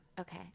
Okay